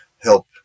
help